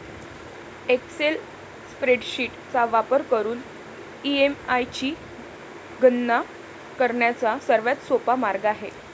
Excel spreadsheet चा वापर करून ई.एम.आय ची गणना करण्याचा सर्वात सोपा मार्ग आहे